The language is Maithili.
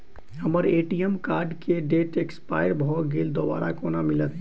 हम्मर ए.टी.एम कार्ड केँ डेट एक्सपायर भऽ गेल दोबारा कोना मिलत?